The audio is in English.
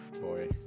boy